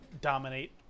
dominate